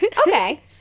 okay